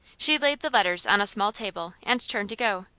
she laid the letters on a small table and turned to go.